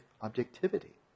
objectivity